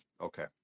Okay